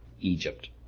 Egypt